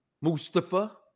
Mustafa